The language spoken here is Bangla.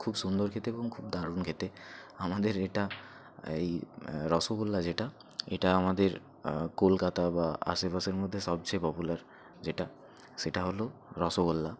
খুব সুন্দর খেতে এবং খুব দারুণ খেতে আমাদের এটা এই রসগোল্লা যেটা এটা আমাদের কলকাতা বা আশেপাশের মধ্যে সবচেয়ে পপুলার যেটা সেটা হলো রসগোল্লা